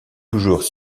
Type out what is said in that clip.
toujours